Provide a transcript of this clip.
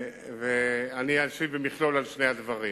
ואני אשיב במכלול על שני הדברים.